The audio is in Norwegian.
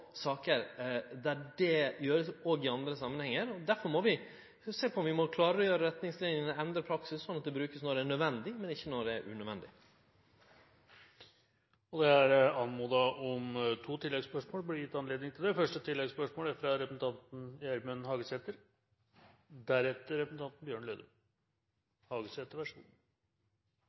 saker der det vert brukt òg i andre samanhengar. Derfor må vi sjå på om vi må klargjere retningslinjene, endre praksis, slik at det vert brukt når det er nødvendig, men ikkje når det er unødvendig. Det blir gitt anledning til to oppfølgingsspørsmål – først representanten Gjermund Hagesæter. Staten har ei mengde lovar og reglar som detaljstyrer det